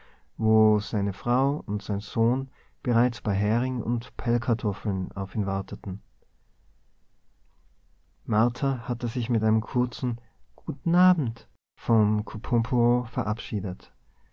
wo seine frau und sein sohn bereits bei hering und pellkartoffeln auf ihn warteten martha hatte sich mit einem kurzen guten abend vom couponbureau verabschiedet